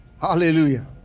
Hallelujah